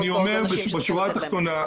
אני אומר בשורה התחתונה,